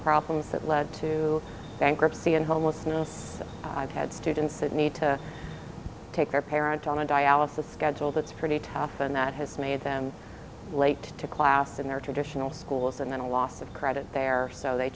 problems that led to bankruptcy and homelessness i've had students that need to take their parent on a die alice the schedule that's pretty tough and that has made them late to class in their traditional schools and then a loss of credit there so they